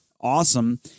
awesome